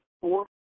four